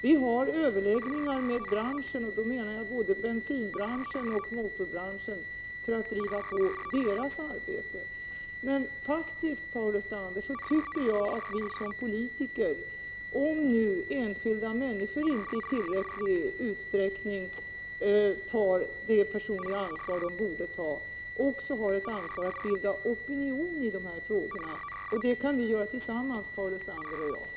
Vi har överläggningar med branschen — då menar jag både bensinbranschen och motorbranschen — för att driva på dess arbete. Men om nu enskilda människor inte i tillräcklig utsträckning tar det personliga ansvar de borde ta, då tycker jag faktiskt, Paul Lestander, att vi som politiker också har ett ansvar att bilda opinion i de här frågorna. Det kan vi göra tillsammans, Paul Lestander och jag.